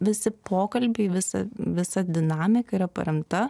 visi pokalbiai visa visa dinamika yra paremta